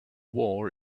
war